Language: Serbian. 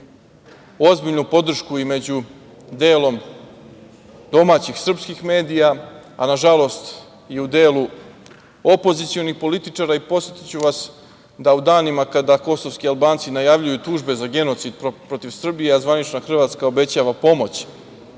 ozbiljnu podršku i među delom domaćih srpskih medija, a nažalost i u delu opozicionih političara. Podsetiću vas da u danima kada kosovski Albanci najavljuju tužbe za genocid protiv Srbije, a zvanična Hrvatska obećava pomoć